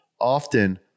often